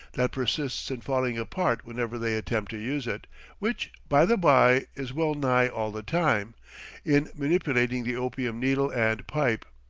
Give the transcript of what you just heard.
that persists in falling apart whenever they attempt to use it which, by the by, is well-nigh all the time in manipulating the opium needle and pipe.